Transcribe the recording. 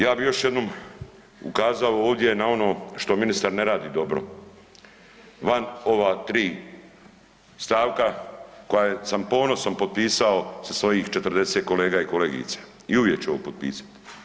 Ja bi još jednom ukazao ovdje na ono što ministar ne radi dobro van ova 3 stavka koja sam ponosom potpisao sa svojih 40 kolega i kolegica i uvijek ću ovo potpisati.